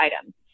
items